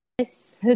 Yes